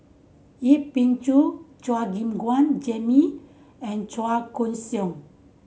Yip Pin Xiu Chua Gim Guan Jimmy and Chua Koon Siong